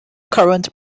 current